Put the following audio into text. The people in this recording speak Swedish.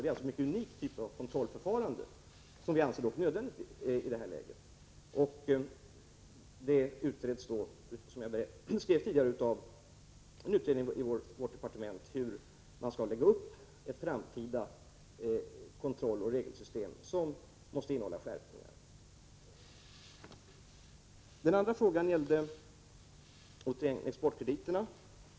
Det är ett mycket unikt kontrollförfarande, som vi i det här läget dock anser nödvändigt. Som jag skrev i svaret utreds det av en utredning i departementet hur man skall lägga upp ett framtida kontrolloch regelsystem, som måste innehålla skärpningar. Den andra frågan gällde exportkrediterna.